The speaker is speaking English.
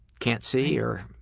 can't see or.